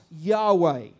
Yahweh